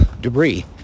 debris